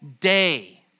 day